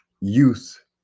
youth